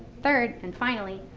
third, and finally,